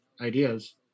ideas